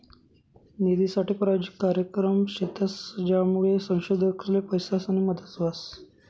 निधीनासाठे प्रायोजित कार्यक्रम शेतस, ज्यानामुये संशोधकसले पैसासनी मदत व्हस